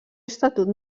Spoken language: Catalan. estatut